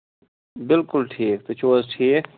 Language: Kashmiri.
بِلکُل ٹھیٖک تُہۍ چھِو حظ ٹھیٖک